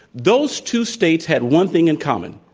those two states had one thing in common,